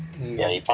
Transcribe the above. mm